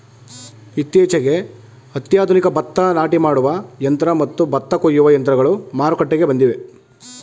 ಇತ್ತೀಚೆಗೆ ಅತ್ಯಾಧುನಿಕ ಭತ್ತ ನಾಟಿ ಮಾಡುವ ಯಂತ್ರ ಮತ್ತು ಭತ್ತ ಕೊಯ್ಯುವ ಯಂತ್ರಗಳು ಮಾರುಕಟ್ಟೆಗೆ ಬಂದಿವೆ